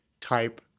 type